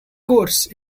course